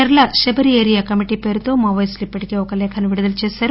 చర్ల Sabari area committee పేరుతో మావోయిస్టులు ఇప్పటికే ఒక లేఖను విడుదల చేశారు